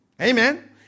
Amen